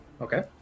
Okay